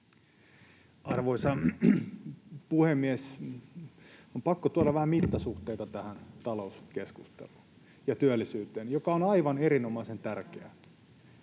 Arvoisa puhemies! On pakko tuoda vähän mittasuhteita tähän talous- ja työllisyyskeskusteluun, joka on aivan erinomaisen tärkeää.